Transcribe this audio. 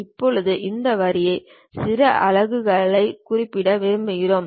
இப்போது இந்த வரியை சில அலகுகளைக் குறிப்பிட விரும்புகிறோம்